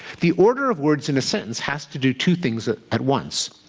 the order of words in a sentence has to do two things at at once.